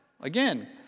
Again